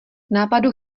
nápadu